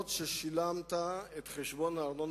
אף-על-פי ששילמתם את חשבון הארנונה